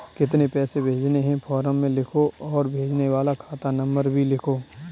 कितने पैसे भेजने हैं फॉर्म में लिखो और भेजने वाले खाता नंबर को भी लिखो